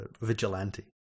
vigilante